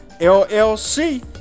LLC